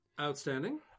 Outstanding